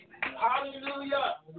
Hallelujah